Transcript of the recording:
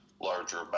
larger